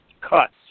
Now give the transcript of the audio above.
cuts